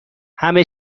همه